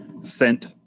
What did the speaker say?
scent